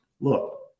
look